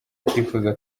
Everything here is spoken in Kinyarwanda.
atifuza